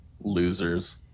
losers